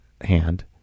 hand